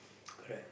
correct